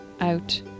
out